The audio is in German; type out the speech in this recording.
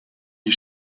die